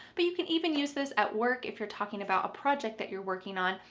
but you can even use this at work. if you're talking about a project that you're working on,